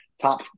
top